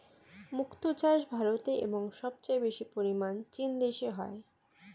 মুক্ত চাষ ভারতে এবং সবচেয়ে বেশি পরিমাণ চীন দেশে হয়